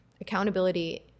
accountability